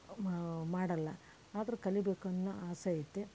ಮಾಡಲ್ಲ ಆದರೂ ಕಲಿಬೇಕು ಅನ್ನೋ ಆಸೆ ಐತೆ